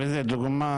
זו דוגמה